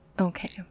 Okay